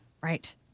Right